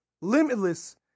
limitless